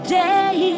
day